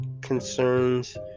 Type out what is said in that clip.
concerns